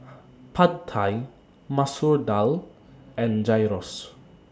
Pad Thai Masoor Dal and Gyros